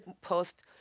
post